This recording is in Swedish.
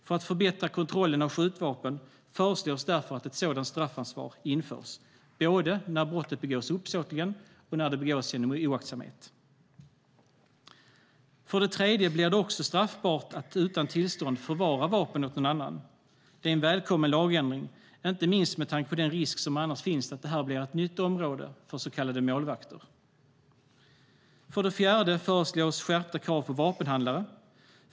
För att förbättra kontrollen av skjutvapen föreslås därför att ett sådant straffansvar införs, både när brottet begås uppsåtligen och när det begås genom oaktsamhet. För det tredje blir det nu straffbart att utan tillstånd förvara vapen åt någon annan. Det är en välkommen lagändring, inte minst med tanke på den risk som annars finns att detta blir ett nytt område för så kallade målvakter. För det fjärde föreslås skärpta krav på vapenhandlare.